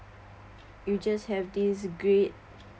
you just have this great